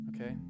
okay